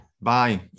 Bye